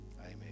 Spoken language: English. Amen